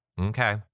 Okay